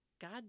God